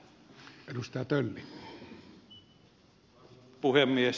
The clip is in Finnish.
arvoisa puhemies